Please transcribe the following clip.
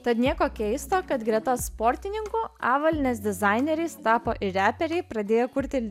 tad nieko keisto kad greta sportininkų avalynės dizaineriais tapo ir reperiai pradėję kurti